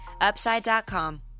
upside.com